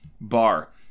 Bar